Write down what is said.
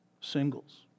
singles